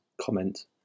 comment